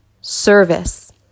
service